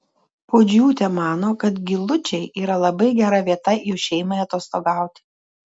puodžiūtė mano kad giluičiai yra labai gera vieta jų šeimai atostogauti